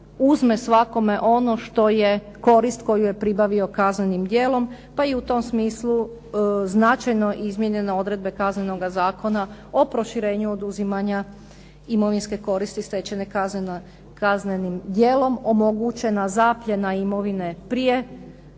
uzme svakome ono što je korist koju je pribavio kaznenim djelom pa u tom smislu značajno izmijenjene odredbe Kaznenog zakona o proširenju oduzimanja imovinske koristi stečene kaznenim djelom omogućena zapljena imovine prije